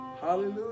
hallelujah